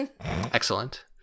Excellent